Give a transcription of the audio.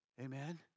amen